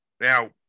now